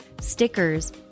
stickers